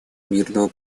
мирного